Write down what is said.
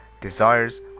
desires